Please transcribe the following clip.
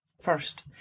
first